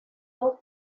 dos